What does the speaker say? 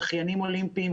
שחיינים אולימפיים,